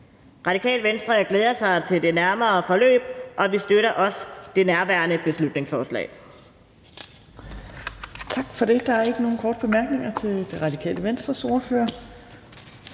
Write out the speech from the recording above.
Radikale Venstre glæder sig til det videre forløb, og vi støtter også det nærværende beslutningsforslag.